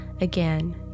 Again